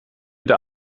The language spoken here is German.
der